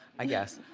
i guess.